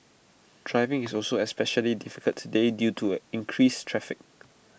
driving is also especially difficult today due to increased traffic